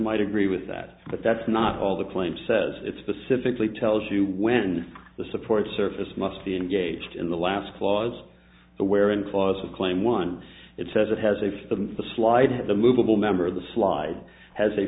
might agree with that but that's not all the claim says it's specifically tells you when the support service must be engaged in the last clause the where and clause of claim one it says it has a from the slide of the movable member of the slide has a